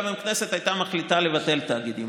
גם אם הכנסת הייתה מחליטה לבטל את התאגידים.